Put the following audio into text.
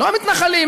לא מתנחלים,